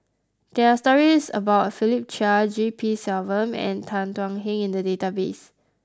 there are stories about Philip Chia G P Selvam and Tan Thuan Heng in the database